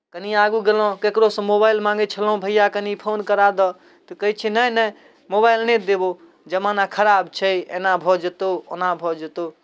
कनि आगू गेलहुँ ककरोसँ मोबाइल माङ्गै छलहुँ भैया कनि फोन करा दह तऽ कहै छै नहि नहि मोबाइल नहि देबौ जमाना खराब छै एना भऽ जेतहु ओना भऽ जेतहु